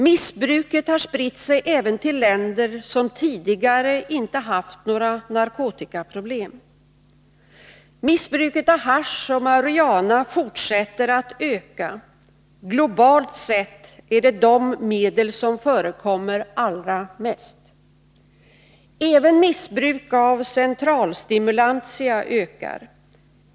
Missbruket har spritt sig även till länder som tidigare inte haft några narkotikaproblem. Missbruket av hasch och marijuana fortsätter att öka. Globalt sett är det dessa medel som förekommer allra mest. Även missbruk av centralstimulantia ökar.